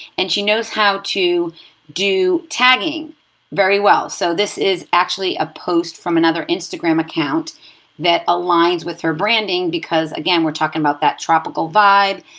and she knows how to do tagging very well. so this is actually a post from another instagram account that aligns with her branding. because again, we're talking about that tropical vibe.